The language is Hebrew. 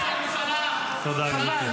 חבל.